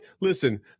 Listen